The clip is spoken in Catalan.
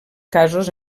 casos